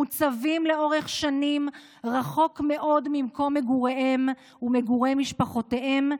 מוצבים לאורך שנים רחוק מאוד ממקום מגוריהם ומגורי משפחותיהם,